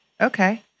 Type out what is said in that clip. okay